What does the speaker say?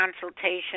consultation